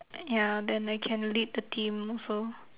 ya then I can lead the team also